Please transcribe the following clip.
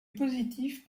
positif